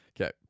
Okay